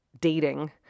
dating